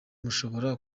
mushobora